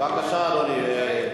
בבקשה, אדוני,